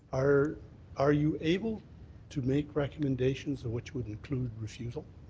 are are you able to make recommendations which would include refusal?